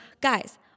guys